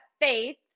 faith